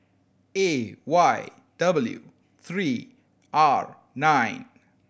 A Y W three R nine